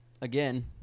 again